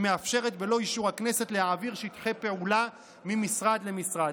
שמאפשרת בלא אישור הכנסת להעביר שטחי פעולה ממשרד למשרד.